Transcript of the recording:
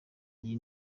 iyi